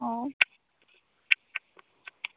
ହଉ